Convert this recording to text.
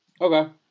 okay